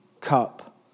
cup